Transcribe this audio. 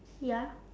ya